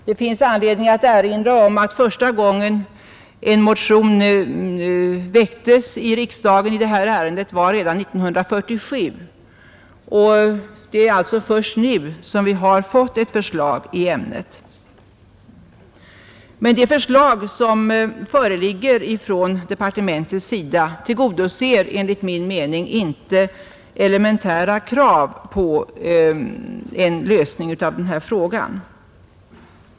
Det finns anledning erinra om att första gången en motion väcktes i riksdagen i detta ärende var redan 1947. Men det är först nu som vi har fått ett förslag i ämnet. Det förslag som föreligger från departementet tillgodoser emellertid enligt min mening inte elementära krav på en lösning av den här frågan.